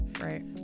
right